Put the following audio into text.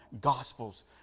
Gospels